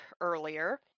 earlier